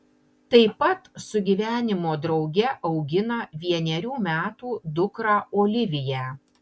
tai pat su gyvenimo drauge augina vienerių metų dukrą oliviją